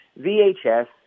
VHS